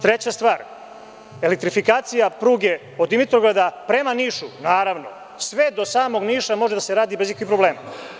Treća stvar, elektrifikacija pruge od Dimitrovgrada prema Nišu, naravno, sve do samog Niša može da se radi bez ikakvog problema.